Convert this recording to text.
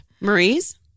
Marie's